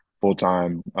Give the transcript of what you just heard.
full-time